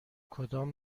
کدام